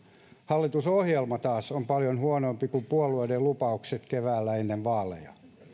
hallitusohjelma taas on paljon huonompi kuin puolueiden lupaukset keväällä ennen vaaleja